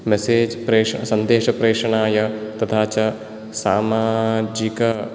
message सन्देश प्रेषणाय तथा च सामाजिक